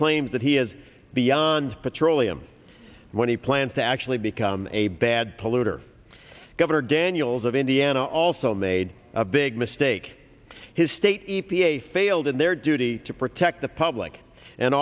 claims that he is beyond petroleum when he plans to actually become a bad polluter governor daniels of indiana also made a big mistake his state e p a failed in their duty to protect the public and